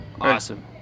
Awesome